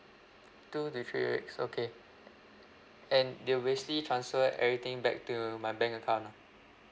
two to three weeks okay and you'll basically transfer everything back to my bank account lah